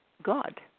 God